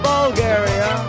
Bulgaria